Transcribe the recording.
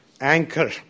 anchor